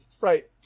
Right